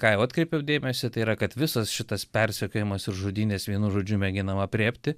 ką jau atkreipiau dėmesį tai yra kad visas šitas persekiojimas ir žudynės vienu žodžiu mėginama aprėpti